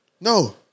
No